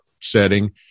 setting